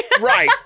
Right